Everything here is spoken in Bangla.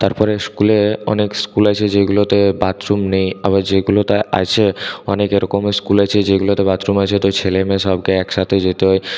তারপরে স্কুলে অনেক স্কুল আছে যেইগুলোতে বাথরুম নেই আবার যেইগুলোতে আছে অনেক এরকম স্কুল আছে যেগুলোতে বাথরুম আছে তো ছেলেমেয়ে সবাইকে একসাথে যেতে হয়